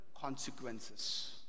consequences